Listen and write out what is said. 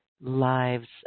lives